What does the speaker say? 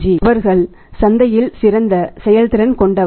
அவர்கள் சந்தையில் சிறந்த செயல்திறன் கொண்டவர்கள்